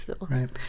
Right